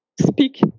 speak